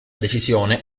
decisione